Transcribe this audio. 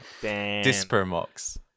Dispermox